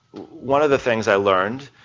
one of the things i learned